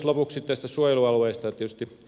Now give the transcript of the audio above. lopuksi näistä suojelualueista